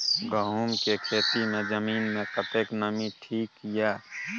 गहूम के खेती मे जमीन मे कतेक नमी ठीक ये?